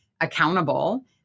accountable